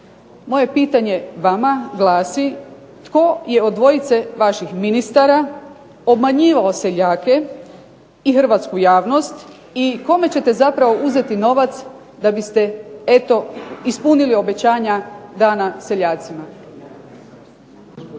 Moje pitanje vama glasi: tko je od dvojice vaših ministara obmanjivao seljake i hrvatsku javnost i kome ćete zapravo uzeti novac da biste eto ispunili obećanja dana seljacima?